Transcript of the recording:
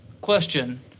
question